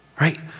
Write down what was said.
right